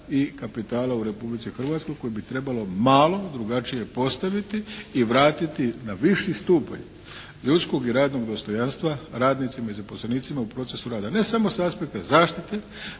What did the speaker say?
i kapitala u Republici Hrvatskoj koji bi trebalo malo drugačije postaviti i vratiti na viši stupanj ljudskog i radnog dostojanstva radnicima i zaposlenicima u procesu rada. Ne samo sa aspekta zaštite